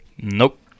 Nope